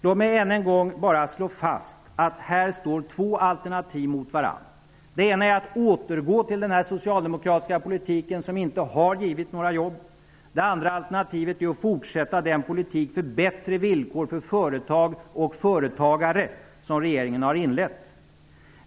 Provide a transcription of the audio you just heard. Jag kan än en gång slå fast att två alternativ här står mot varandra. Det ena är att återgå till den socialdemokratiska politik som inte har givit några jobb. Det andra är att fortsätta den politik för bättre villkor för företag och företagare som regeringen har inlett.